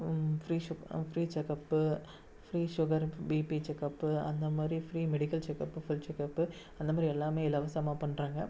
free shop free checkup free sugar BP checkup அந்த மாதிரி free medical checkup full checkup அந்த மாதிரி எல்லாமே இலவசமாக பண்றாங்க